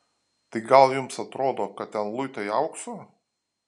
tai gal jums atrodo kad ten luitai aukso